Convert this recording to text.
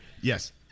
Yes